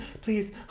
please